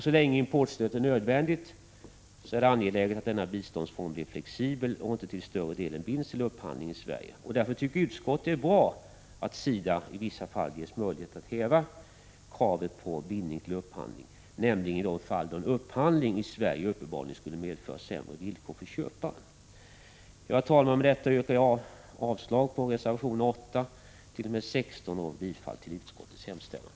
Så länge importstödet är nödvändigt är det angeläget att denna biståndsform blir flexibel och inte till större delen binds till upphandling i Sverige. Därför tycker utskottet att det är bra att SIDA i vissa fall ges möjlighet att häva kravet på bindning till upphandling, nämligen i de fall då en upphandling i Sverige uppenbarligen skulle medföra sämre villkor för köparen. Herr talman! Med detta yrkar jag avslag på reservationerna 8—16 och bifall till utskottets hemställan.